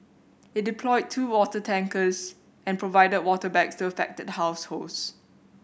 it deployed two water tankers and provided water bags to affected households